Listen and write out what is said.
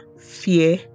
fear